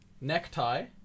necktie